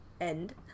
end